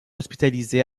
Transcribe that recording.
hospitalisé